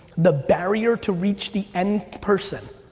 the barrier to reach the end person,